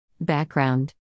Background